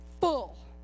full